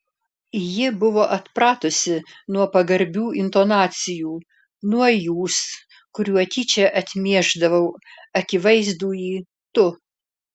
ji buvo atpratusi nuo pagarbių intonacijų nuo jūs kuriuo tyčia atmiešdavau akivaizdųjį tu